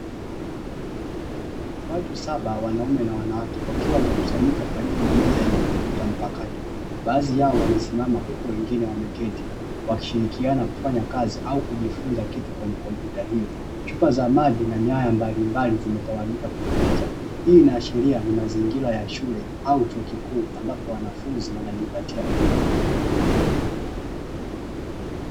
Watu saba wanaume na wanawake wakiwa wamekusanyika karibu na meza yenye kompyuta mpakato, baadhi yao wamesimama huku wengine wameketi wakishirikiana kufanya kazi au kujifunza kitu kwenye kompyuta hiyo, chupa za maji na nyaya mbalimbali zimetawanyika kwenye meza, hii inaashiria ni mazingira ya shule, au chuo kikuu ambapo wanafunzi wanajipatia elimu.